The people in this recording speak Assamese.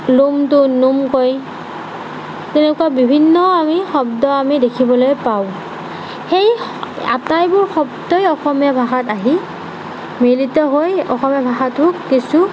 লোমটো নোম কয় তেনেকুৱা বিভিন্ন আমি শব্দ আমি দেখিবলৈ পাওঁ সেই আটাইবোৰ শব্দই অসমীয়া ভাষাত আহি মিলিত হৈ অসমীয়া ভাষাটো কিছু